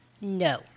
no